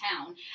town